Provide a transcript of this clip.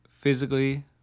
physically